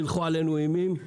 הלכו עלינו אימים.